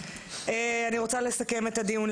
אני רוצה לסכם את הדיון.